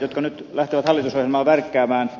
jotka nyt lähtevät hallitusohjelmaa värkkäämään